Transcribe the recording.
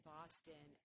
Boston